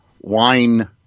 wine